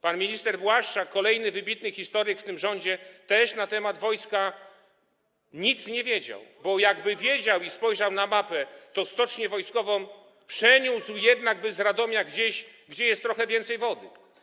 Pan minister Błaszczak, kolejny wybitny historyk w tym rządzie, też na temat wojska nic nie wiedział, bo jakby wiedział i spojrzał na mapę, to stocznię wojskową przeniósłby jednak z Radomia gdzieś, gdzie jest trochę więcej wody.